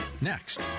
next